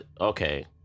okay